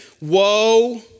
Woe